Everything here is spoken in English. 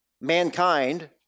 Mankind